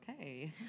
Okay